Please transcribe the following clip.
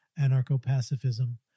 Anarcho-pacifism